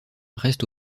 reste